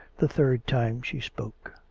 the third time she spoke.